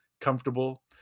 comfortable